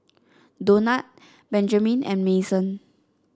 Donat Benjamin and Mason